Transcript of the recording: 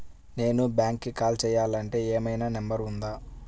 నేను బ్యాంక్కి కాల్ చేయాలంటే ఏమయినా నంబర్ ఉందా?